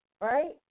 right